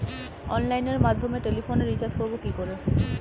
অনলাইনের মাধ্যমে টেলিফোনে রিচার্জ করব কি করে?